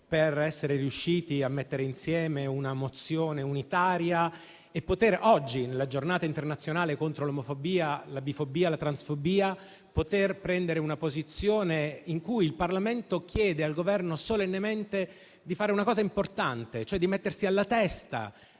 per essere riusciti a mettere insieme una mozione unitaria e poter oggi, nella Giornata internazionale contro l'omofobia, la bifobia e la transfobia, prendere una posizione in cui il Parlamento chiede solennemente al Governo di fare una cosa importante, cioè di mettersi alla testa